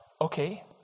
okay